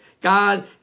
God